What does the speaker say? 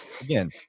again